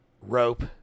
Rope